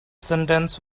sentence